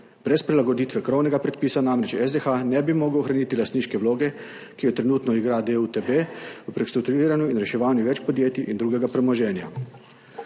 Brez prilagoditve krovnega predpisa namreč SDH ne bi mogel ohraniti lastniške vloge, ki jo trenutno igra DUTB v prestrukturiranju in reševanju več podjetij in drugega premoženja.